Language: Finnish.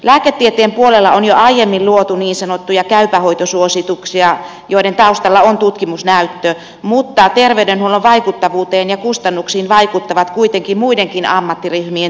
lääketieteen puolella on jo aiemmin luotu niin sanottuja käypä hoito suosituksia joiden taustalla on tutkimusnäyttö mutta terveydenhuollon vaikuttavuuteen ja kustannuksiin vaikuttavat kuitenkin muidenkin ammattiryhmien työkäytännöt